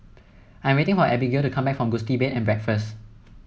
I'm waiting for Abigale to come back from Gusti Bed and Breakfast